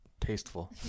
tasteful